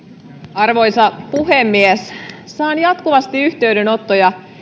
arvoisa puhemies saan jatkuvasti yhteydenottoja